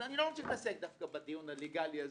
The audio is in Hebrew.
אבל אני לא רוצה להתעסק דווקא בדיון הליגאלי הזה,